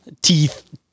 teeth